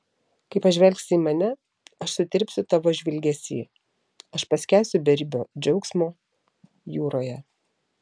kai pažvelgsi į mane aš sutirpsiu tavo žvilgesy aš paskęsiu beribio džiaugsmo jūroje